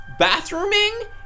bathrooming